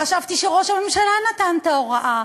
חשבתי שראש הממשלה נתן את ההוראה,